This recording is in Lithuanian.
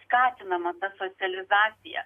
skatinama ta socializacija